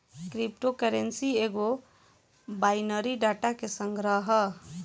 crypto currency एगो binary data के संग्रह ह